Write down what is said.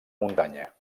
muntanya